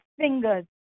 fingers